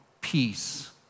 peace